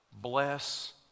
bless